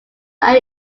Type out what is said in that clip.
are